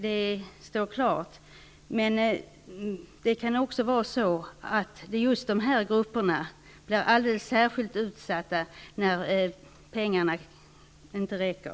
Det kan dock vara så att det är just de här grupperna som blir särskilt utsatta när pengarna inte räcker.